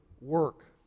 work